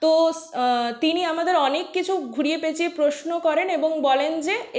তো তিনি আমাদের অনেক কিছু ঘুরিয়ে পেঁচিয়ে প্রশ্ন করেন এবং বলেন যে